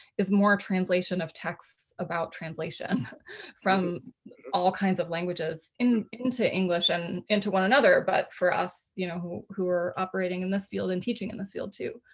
is more translation of texts about translation from all kinds of languages into english and into one another. but for us you know who who are operating in this field and teaching in this field too.